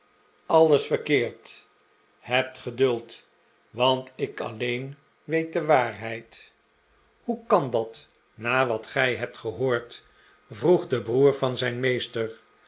alles verkeerd hebt geduld want ik alleen weet de waarheid hoe kan dat na wat gij hebt gehoord vroeg de broer van zijn meester